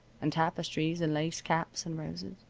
and tapestries, and lace caps, and roses.